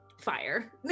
fire